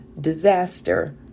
disaster